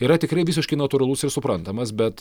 yra tikrai visiškai natūralus ir suprantamas bet